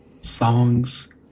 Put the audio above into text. songs